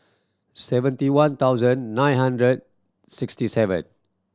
seventy one thousand nine hundred sixty seven